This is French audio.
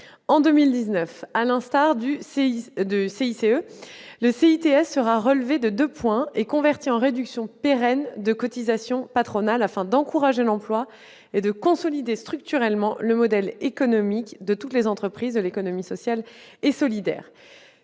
des entreprises, le CITS sera relevé de deux points et converti en réduction pérenne de cotisations patronales afin d'encourager l'emploi et de consolider structurellement le modèle économique de toutes les entreprises de l'économie sociale et solidaire.